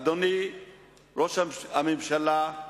אדוני ראש הממשלה,